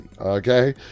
okay